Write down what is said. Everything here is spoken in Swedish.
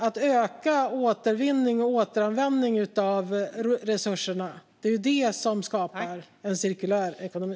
Att öka återvinning och återanvändning av resurserna är det som skapar en cirkulär ekonomi.